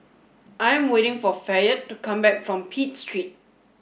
I am waiting for Fayette to come back from Pitt Street